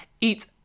eat